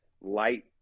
light